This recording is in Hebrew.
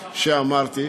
שאמרתי,